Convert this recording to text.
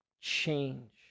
change